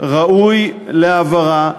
וראוי להעברה,